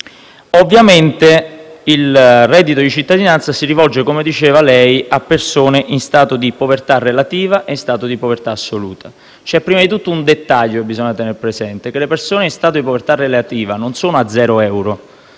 Ovviamente, il reddito di cittadinanza si rivolge, come diceva lei, senatore Malan, a persone in stato di povertà relativa e in stato di povertà assoluta. C'è prima di tutto un dettaglio che bisogna tener presente: le persone in stato di povertà relativa non sono a zero